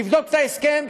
תבדוק את ההסכם,